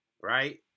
Right